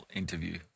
interview